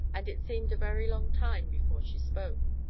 and it seemed a very long time before she spoke.